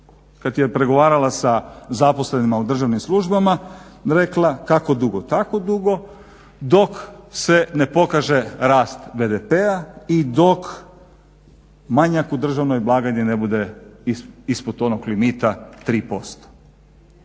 Kad je pregovarala sa zaposlenima u državnim službama rekla kako dugo? Tako dugo dok se ne pokaže rast BDP-a i dok manjak u državnoj blagajni ne bude ispod onog limita 3%.